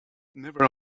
never